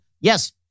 Yes